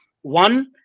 One